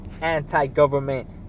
Anti-government